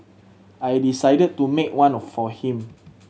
I decided to make one of for him